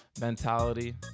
mentality